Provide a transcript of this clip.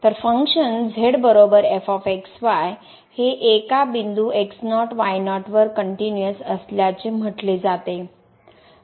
तर फंक्शन हे एका बिंदू x0 y0 वर कनट्युनिअस असल्याचे म्हटले जाते